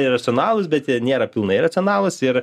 iracionalūs bet jie nėra pilnai racionalūs ir